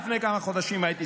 ואמרתי: זו תהיה התחלה מבורכת,